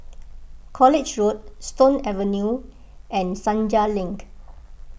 College Road Stone Avenue and Senja Link